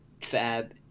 Fab